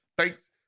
Thanks